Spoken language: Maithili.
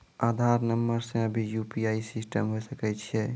आधार नंबर से भी यु.पी.आई सिस्टम होय सकैय छै?